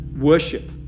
worship